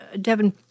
Devin